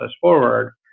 forward